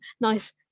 Nice